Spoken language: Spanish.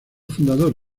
fundador